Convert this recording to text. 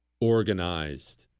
organized